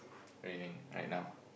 raining right now